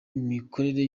imikorere